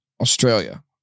Australia